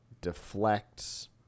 deflects